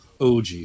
OG